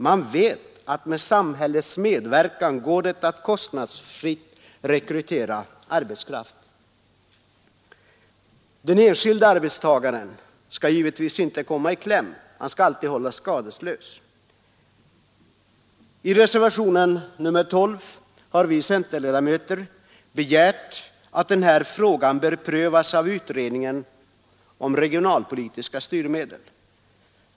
Man vet att med samhällets medverkan går det kostnadsfritt att rekrytera arbetskraft. Den enskilde arbetstagaren skall givetvis inte komma i kläm. Han skall alltid hållas skadeslös. I reservationen 12 har vi centerledamöter begärt att denna fråga skall prövas av utredningen om regionalpolitiska styrmedel.